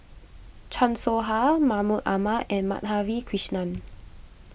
Chan Soh Ha Mahmud Ahmad and Madhavi Krishnan